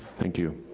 thank you,